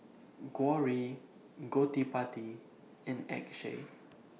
Gauri Gottipati and Akshay